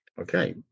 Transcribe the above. Okay